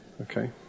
Okay